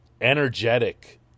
energetic